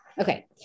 Okay